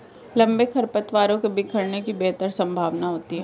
लंबे खरपतवारों के बिखरने की बेहतर संभावना होती है